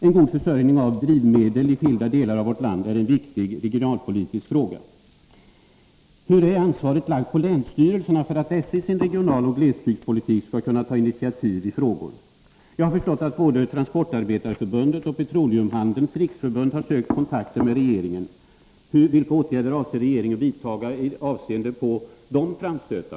En god försörjning av drivmedel i skilda delar av vårt land är en viktig regionalpolitisk fråga. Jag har förstått att både Transportarbetareförbundet och Petroleumhandelns riksförbund har sökt kontakter med regeringen. Vilka åtgärder avser regeringen vidta i avseende på dessa framstötar?